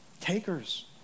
Takers